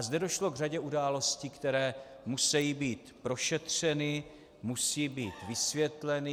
Zde došlo k řadě událostí, které musí být prošetřeny, musí být vysvětleny.